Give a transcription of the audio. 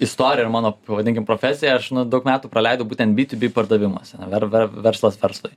istorija ir mano pavadinkim profesija aš daug metų praleidau būtent bitubi pardavimuose ar verslas versluiver